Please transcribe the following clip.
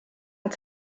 nad